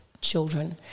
children